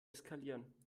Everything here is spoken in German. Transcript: eskalieren